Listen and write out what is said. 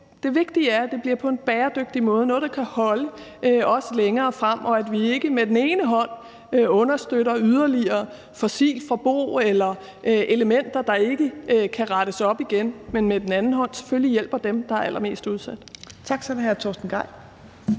det vigtige er, at det bliver på en bæredygtig måde, noget, der kan holde, også længere frem i tiden, og at vi ikke med den ene hånd understøtter et yderligere fossilt forbrug eller elementer, der ikke kan rettes op igen, men at vi med den anden hånd selvfølgelig hjælper dem, der er allermest udsatte.